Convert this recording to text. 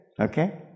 okay